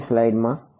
આગળની સ્લાઈડ માં